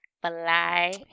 fly